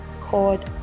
called